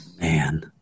Man